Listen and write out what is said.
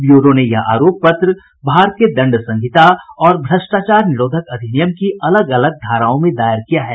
bureau ने यह आरोप पत्र भारतीय दंड संहिता और भ्रष्टाचार निरोधक अधिनियम की अलग अलग धाराओं में दायर किया है